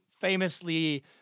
famously